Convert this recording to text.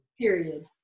period